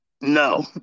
No